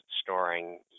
storing